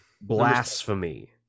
Blasphemy